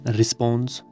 response